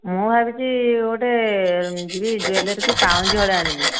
ମୁଁ ଭାବିଛି ଗୋଟେ ଯିବି ଜ୍ୱେଲାରୀ କୁ ପାଉଁଜି ହଳେ ଆଣିବି